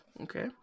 Okay